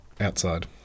outside